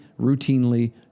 routinely